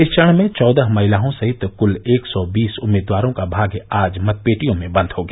इस चरण में चौदह महिलाओं सहित क्ल एक सौ बीस उम्मीदवारों का भाग्य आज मतपेटियों में बन्द हो गया